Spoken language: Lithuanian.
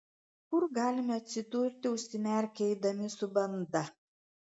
kur galime atsidurti užsimerkę eidami su banda